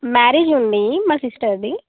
marriage ఉంది మా సిస్టర్ది